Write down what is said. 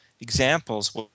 examples